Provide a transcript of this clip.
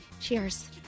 Cheers